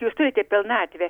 jūs turite pilnatvę